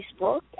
Facebook